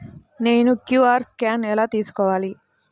నేను QR scan ఎలా తీసుకోవాలి?